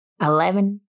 Eleven